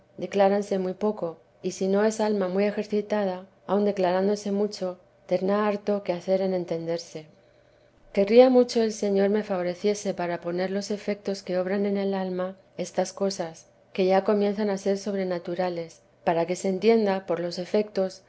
decláranse muy poco y si no es alma muy ejercitada aun declarándose mucho terna harto que hacer en entenderse querría mucho el señor me favoreciese para poner los efectos que obran en el alma estas cosas que ya comienzan a ser sobrenaturales para que se entienda por los efectos